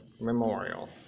memorial